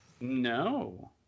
no